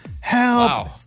help